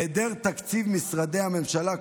בהיעדר תקציב משרדי הממשלה,